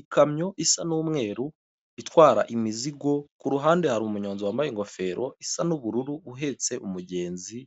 Ikamyo isa n'umweru itwara imizigo ku ruhande hari umuyonzi wambaye ingofero isa nu'ubururu, uhetse umugenzi